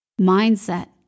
mindset